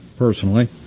personally